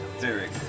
Derek